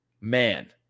man